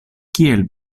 kiel